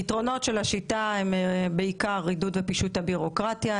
יתרונות של השיטה הם בעיקר עידוד ופישוט הבירוקרטיה,